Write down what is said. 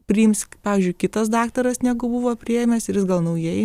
priims pavyzdžiui kitas daktaras negu buvo priėmęs ir jis gal naujai